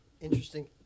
Interesting